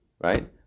right